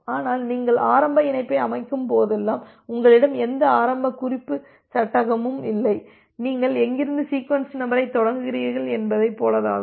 ஆனால் நீங்கள் ஆரம்ப இணைப்பை அமைக்கும் போதெல்லாம் உங்களிடம் எந்த ஆரம்ப குறிப்பு சட்டமும் இல்லை நீங்கள் எங்கிருந்து சீக்வென்ஸ் நம்பரைத் தொடங்குவீர்கள் என்பதை போலதாகும்